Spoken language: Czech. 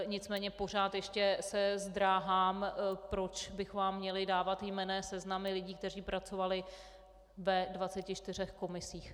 Nicméně pořád ještě se zdráhám, proč bychom vám měli dávat jmenné seznamy lidí, kteří pracovali ve 24 komisích.